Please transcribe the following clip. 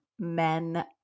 Men